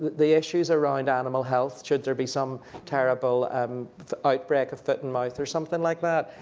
the issues are around animal health should there be some terrible outbreak of foot and mouth or something like that,